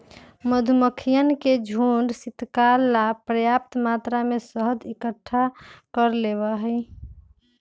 मधुमक्खियन के झुंड शीतकाल ला पर्याप्त मात्रा में शहद इकट्ठा कर लेबा हई